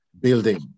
Building